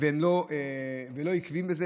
הם לא עומדים בזה והם לא עקביים בזה,